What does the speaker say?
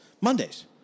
Mondays